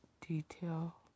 detail